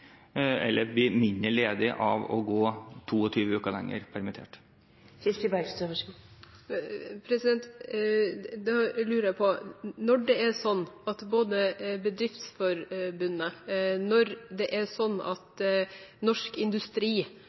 eller blir mindre ledig av å gå 22 uker lenger permittert. Da lurer jeg på: Når det er slik at både Bedriftsforbundet,